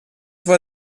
war